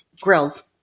Grills